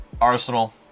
Arsenal